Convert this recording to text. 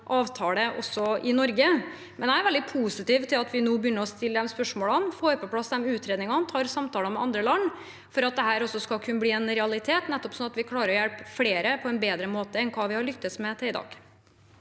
også i Norge. Men jeg er veldig positiv til at vi nå begynner å stille disse spørsmålene, får på plass utredningene og tar samtalene med andre land for at dette også skal kunne bli en realitet, så vi klarer å hjelpe flere på en bedre måte enn hva vi har lyktes med til i dag.